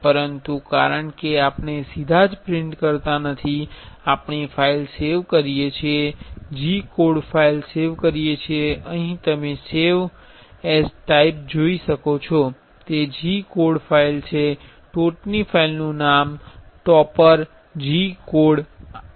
પરંતુ કારણ કે આપણે સીધા જ પ્રિન્ટ કરતા નથી આપણે ફાઇલ સેવ કરીએ છીએ G કોડ ફાઇલ સેવ કરીએ છીએ અહીં તમે સેવ એઝ ટાઈપ જોઇ શકો છો તે G કોડ ફાઇલ છે ટોચની ફાઇલનુ નામ ટોપર G કોડ છે